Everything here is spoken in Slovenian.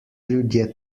ljudje